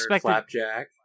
flapjack